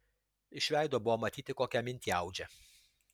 iš veido buvo matyti kokią mintį audžia